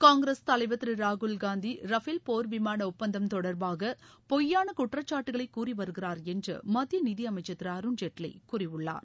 காங்கிரஸ் தலைவர் திரு ராகுல்காந்தி ரஃபேல் போர் விமான ஒப்பந்தம் தொடர்பாக பொய்யான குற்றச்சாட்டுகளை கூறி வருகிறார் என்று மத்திய நிதியமைச்சர் திரு அருண்ஜேட்லி கூறியுள்ளார்